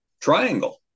triangle